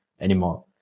anymore